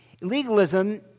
Legalism